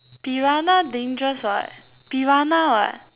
piranha dangerous [what] piranha [what]